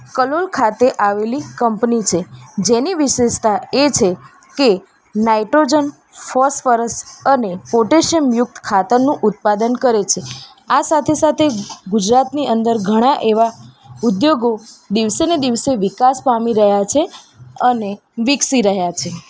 કલોલ ખાતે આવેલી કંપની છે જેની વિશેષતા એ છે કે નાઇટ્રોજન ફૉસ્ફરસ અને પોટેશિયમયુક્ત ખાતરનું ઉત્પાદન કરે છે આ સાથે સાથે ગુજરાતની અંદર ઘણા એવા ઉદ્યોગો દિવસે ને દિવસે વિકાસ પામી રહયા છે અને વિકસી રહ્યા છે